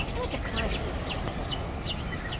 at a crisis like the present,